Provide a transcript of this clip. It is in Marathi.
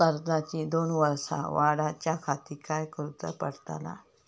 कर्जाची दोन वर्सा वाढवच्याखाती काय करुचा पडताला?